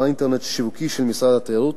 האינטרנט השיווקי של משרד התיירות,